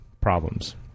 problems